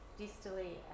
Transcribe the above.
distally